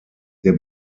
der